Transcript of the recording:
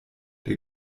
der